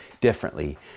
differently